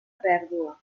pèrdua